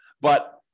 But-